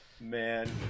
man